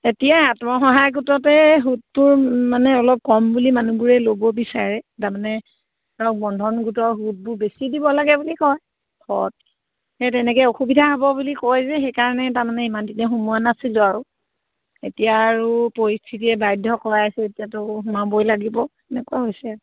এতিয়া আত্মসহায়ক গোটতে সুতবোৰ মানে অলপ কম বুলি মানুহবোৰে ল'ব বিচাৰে তাৰমানে ধৰক বন্ধন গোটৰ সুতবোৰ বেছি দিব লাগে বুলি কয় শত সেই তেনেকৈ অসুবিধা হ'ব বুলি কয় যে সেইকাৰণে তাৰমানে ইমান দিনে সোমোৱা নাছিলোঁ আৰু এতিয়া আৰু পৰিস্থিতিয়ে বাধ্য কৰাইছে এতিয়াতো সোমাবই লাগিব এনেকুৱা হৈছে